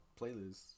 playlists